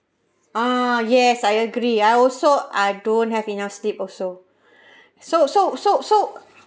uh yes I agree I also I don't have enough sleep also so so so so